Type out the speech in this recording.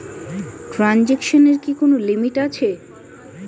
ট্রানজেকশনের কি কোন লিমিট আছে?